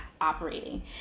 operating